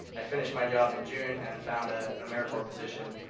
i finished my job in june and found ah an americorps position